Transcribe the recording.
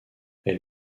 elle